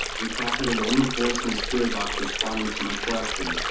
we captured a woman's voice in the sphere box responding to my question.